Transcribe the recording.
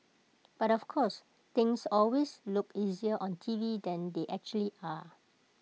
but of course things always look easier on T V than they actually are